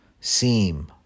seem